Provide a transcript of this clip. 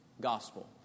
gospel